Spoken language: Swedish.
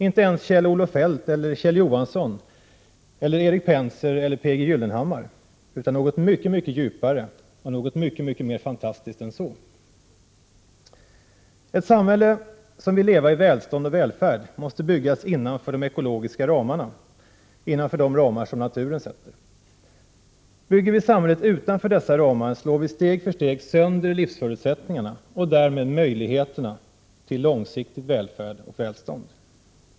Inte ens Kjell-Olof Feldt eller Kjell Johansson eller Erik Penser eller P.G. Gyllenhammar, utan något mycket, mycket djupare och något mycket, mycket mer fantastiskt än så. Ett samhälle som vill leva i välstånd och välfärd måste byggas innanför de ekologiska ramarna — innanför de ramar som naturen sätter. Bygger vi samhället utanför dessa ramar slår vi steg för steg sönder livsförutsättningarna och därmed möjligheterna för långsiktigt välstånd och välfärd.